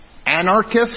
Anarchist